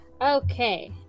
Okay